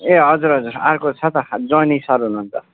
ए हजुर हजुर अर्को छ त जोनी सर हुनुहुन्छ